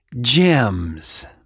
gems